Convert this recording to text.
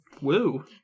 Woo